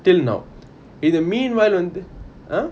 till now in the meanwhile a~ !huh!